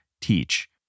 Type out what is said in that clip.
teach